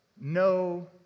no